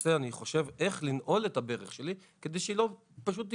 עושה זה אני חושב איך לנעול את הברך שלי כדי שהיא פשוט לא תקרוס.